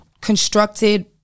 constructed